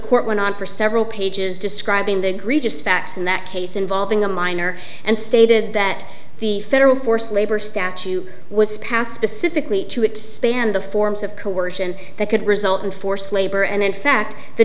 court went on for several pages describing the grievous facts in that case involving a minor and stated that the federal forced labor statute was passed pacifically to it spanned the forms of coercion that could result in forced labor and in fact the